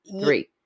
Three